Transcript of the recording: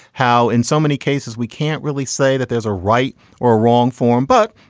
how in so many cases we can't really say that there's a right or wrong form. but